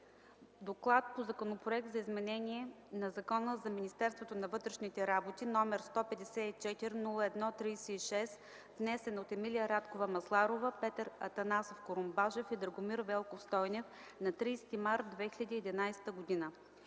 „ДОКЛАД по Законопроект за изменение на Закона за Министерството на вътрешните работи, № 154-01-36, внесен от Емилия Радкова Масларова, Петър Атанасов Курумбашев и Драгомир Велков Стойнев на 30 март 2011 г.